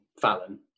Fallon